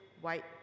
white